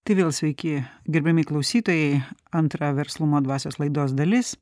tai vėl sveiki gerbiami klausytojai antra verslumo dvasios laidos dalis